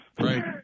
Right